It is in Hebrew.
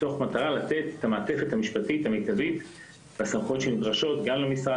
תוך מטרה לתת את המעטפת המשפטית המיטבית ואת הסמכויות שנדרשות למשרד